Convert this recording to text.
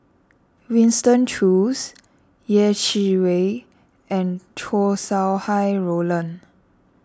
Winston Choos Yeh Chi Wei and Chow Sau Hai Roland